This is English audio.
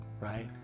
right